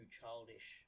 childish